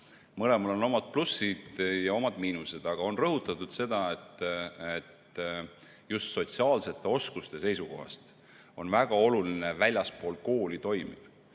Mõlemal on oma plussid ja oma miinused. Aga on rõhutatud seda, et just sotsiaalsete oskuste seisukohast on väga oluline väljaspool kooli toimuv.